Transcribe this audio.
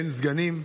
אין סגנים?